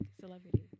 celebrity